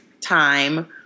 time